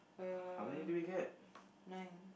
uh nine